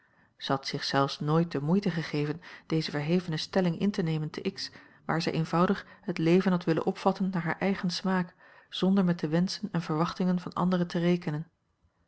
had zich zelfs nooit de moeite gegeven deze verhevene stelling in te nemen te x waar zij eenvoudig het leven had willen opvatten naar haar eigen smaak zonder met de wenschen en verwachtingen van anderen te rekenen